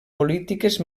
polítiques